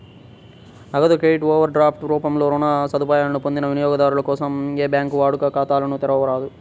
నగదు credit, overdraft రూపంలో రుణ సదుపాయాలను పొందిన వినియోగదారుల కోసం ఏ బ్యాంకూ వాడుక ఖాతాలను తెరవరాదు